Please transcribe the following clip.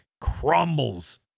crumbles